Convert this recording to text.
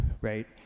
right